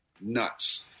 nuts